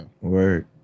Word